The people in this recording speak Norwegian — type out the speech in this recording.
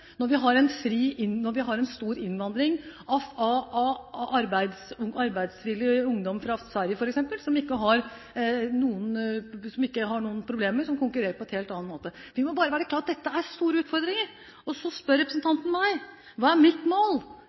når vi har en stor innvandring av arbeidsvillig ungdom fra f.eks. Sverige, som ikke har noen problemer, som konkurrerer på en helt annen måte. Vi må bare være klar over at dette er store utfordringer. Så spør representanten meg om hva mitt mål er. Jeg har spurt andre deler av opposisjonen på Stortinget – ikke representanten – om hva deres mål